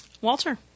Walter